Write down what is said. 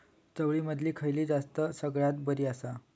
चवळीमधली खयली जात सगळ्यात बरी आसा?